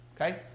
okay